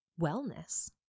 wellness